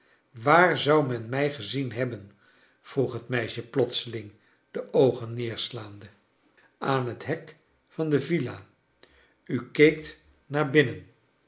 waar zou men mij gezien hebben vroeg het meisje plotseling de oogen neerslaande aan het hek van de villa u keekt naar binnen